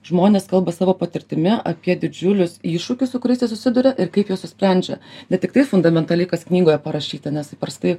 žmonės kalba savo patirtimi apie didžiulius iššūkius su kuriais jie susiduria ir kaip juos išsprendžia ne tiktais fundamentaliai kas knygoje parašyta nes įprastai